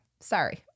Sorry